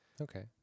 Okay